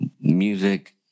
music